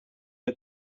are